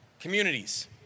communities